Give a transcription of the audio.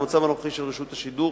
במצב הנוכחי של רשות השידור,